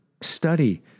study